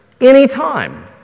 anytime